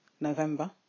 November